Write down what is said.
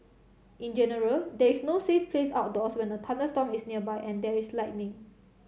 in general there is no safe place outdoors when a thunderstorm is nearby and there is lightning